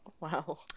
Wow